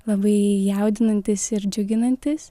labai jaudinantis ir džiuginantis